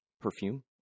perfume